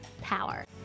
power